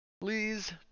please